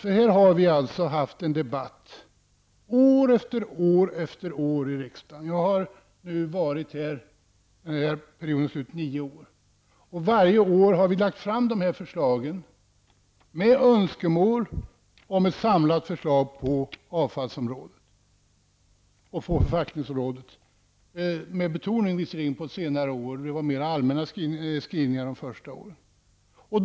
Vi har här i riksdagen år efter år fört en debatt om detta -- jag har själv varit här i nio år -- och varje år har vi lagt fram önskemål om ett samlat förslag på avfalls och förpackningsområdena. Främst har det skett på senare år. Under tidigare år var det mer allmänna skrivningar därom.